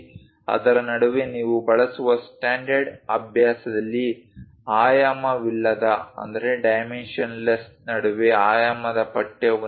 ಅದರ ನಡುವೆ ನೀವು ಬಳಸುವ ಸ್ಟ್ಯಾಂಡರ್ಡ್ ಅಭ್ಯಾಸದಲ್ಲಿ ಆಯಾಮವಿಲ್ಲದ ನಡುವೆ ಆಯಾಮದ ಪಠ್ಯವನ್ನು ಇರಿಸಿ